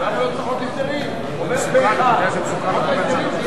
חוק ההסדרים במשק המדינה (תיקוני חקיקה להשגת